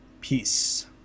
peace